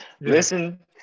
listen